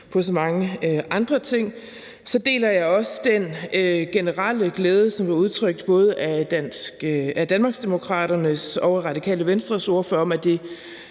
på så mange andre ting. Så deler jeg også den generelle glæde, som blev udtrykt af både Danmarksdemokraternes og Radikale Venstres ordfører. Det er